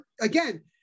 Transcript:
again